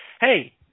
hey